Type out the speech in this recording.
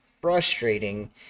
frustrating